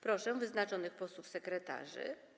Proszę wyznaczonych posłów sekretarzy.